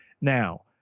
Now